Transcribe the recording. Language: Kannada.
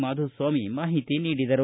ಮಾಧುಸ್ವಾಮಿ ಮಾಹಿತಿ ನೀಡಿದರು